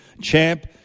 champ